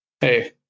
Hey